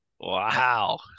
Wow